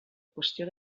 qüestió